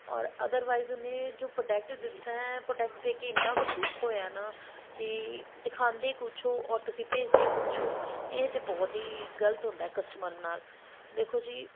ਔਰ ਅਦਰਵਾਈਜ਼ ਉਹਨੇ ਜੋ ਪ੍ਰੋਡਕਟ ਦਿੱਤਾ ਪ੍ਰੋਡਕਟ ਦੇਖ ਕੇ ਇਨਾਂ ਕੁ ਦੁੱਖ ਹੋਇਆ ਨਾ ਕਿ ਦਿਖਾਉਂਦੇ ਕੁਛ ਹੋ ਔਰ ਤੁਸੀਂ ਭੇਜਦੇ ਕੁਛ ਹੋ ਇਹ ਤਾਂ ਬਹੁਤ ਹੀ ਗਲ਼ਤ ਹੁੰਦਾ ਕਸਟਮਰ ਨਾਲ ਦੇਖੋ ਜੀ